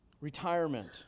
retirement